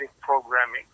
programming